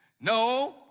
No